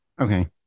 Okay